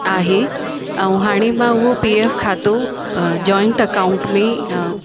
आहे हाणे मां उहो पी एफ खातो जॉइंट अकाउंट में